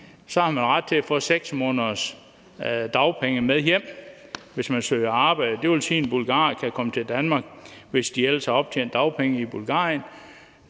at have ret til at få 6 måneders dagpenge med hjem, hvis man søger arbejde. Det vil sige, at bulgarere kan komme til Danmark i 1 måned, og hvis de ellers har optjent dagpenge i Bulgarien,